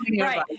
right